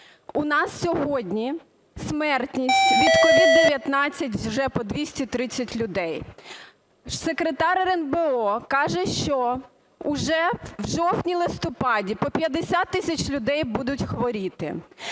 У нас сьогодні смертність від COVID-19 вже по 230 людей. Секретар РНБО каже, що уже в жовтні-листопаді по 50 тисяч людей будуть хворіти.